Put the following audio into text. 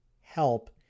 help